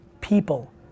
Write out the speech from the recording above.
People